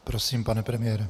Prosím, pane premiére.